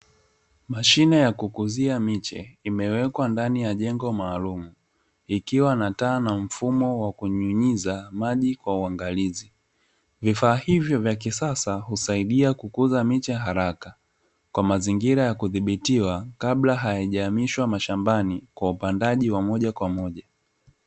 Mashine ya kukuzia miche imewekwa ndani ya jengo maalumu ikiwa na taa na mfumo wa kunyunyizwa maji kwa uangalizi, vifaa hivyo vya kisasa husaidia kukuza miche haraka kwa mazingira ya kudhibitiwa kabla hayajaamishwa mashambani kwa upandaji wa moja kwa moja.